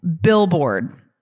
billboard